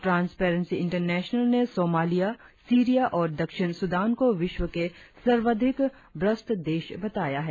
transparency International ने Somalia Syria और दक्षिण सूडान को विश्व के सर्वाधिक भ्रष्ट देश बताया है